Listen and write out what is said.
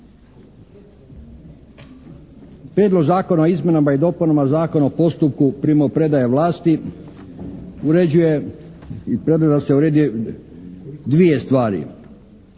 Prijedlog zakona o izmjenama i dopunama Zakona o postupku primopredaje vlasti uređuje i prijedlog je da se urede 2 stvari.